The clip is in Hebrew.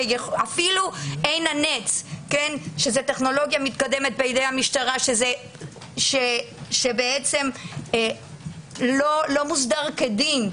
אפילו עין הנץ שהיא טכנולוגיה מתקדמת ביד המשטרה שבעצם לא מוסדר כדין.